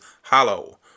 hollow